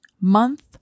month